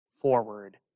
forward